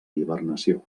hibernació